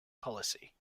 policy